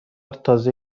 تازه